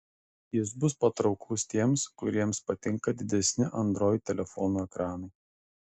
jis bus patrauklus tiems kuriems patinka didesni android telefonų ekranai